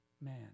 man